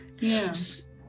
Yes